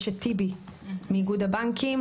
יש את טיבי מאיגוד הבנקים,